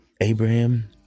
Abraham